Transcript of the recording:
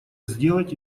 сделать